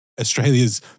Australia's